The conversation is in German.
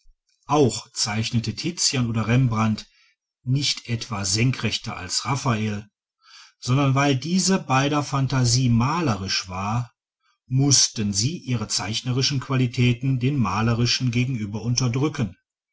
auch zeichnete tizian oder rembrandt nicht etwa schlechter als raffael sondern weil dieser beider phantasie malerisch war mußten sie ihre zeichnerischen qualitäten den malerischen gegenüber unterdrücken